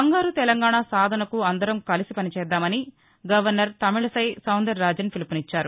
బంగారు తెలంగాణ సాధనకు అందరం కలిసి పనిచేద్దామని గవర్నర్ తమిళిసై సౌందర్ రాజన్ పిలుపునిచ్చారు